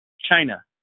China